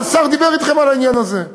השר דיבר אתכם על העניין הזה.